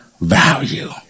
value